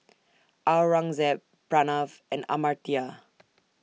Aurangzeb Pranav and Amartya